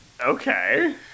Okay